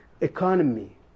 economy